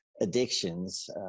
addictions